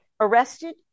Arrested